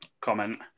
comment